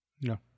No